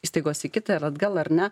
įstaigos į kitą ir atgal ar ne